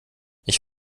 ich